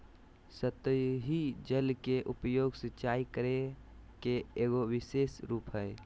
सतही जल के उपयोग, सिंचाई करे के एगो विशेष रूप हइ